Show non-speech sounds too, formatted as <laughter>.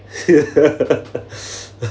<laughs>